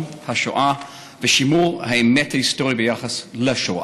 השואה ושימור האמת ההיסטורית ביחס לשואה.